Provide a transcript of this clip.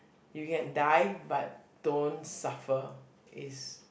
you can die but don't suffer is